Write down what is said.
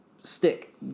stick